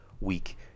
week